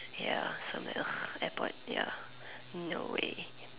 ya some like airport ya no way